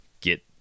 get